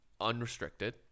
Unrestricted